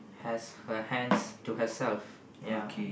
has her hands to herself ya